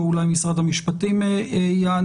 פה אולי משרד המשפטים יענה.